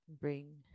Bring